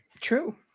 True